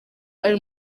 ari